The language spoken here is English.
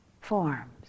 forms